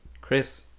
Chris